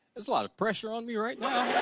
is a lot of pressure on me right now.